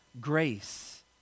grace